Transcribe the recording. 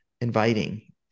inviting